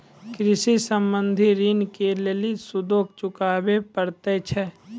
कृषि संबंधी ॠण के लेल सूदो चुकावे पड़त छै?